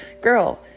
girl